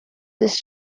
this